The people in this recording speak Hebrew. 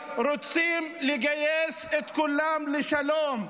רוצים לגייס את כולם לשלום.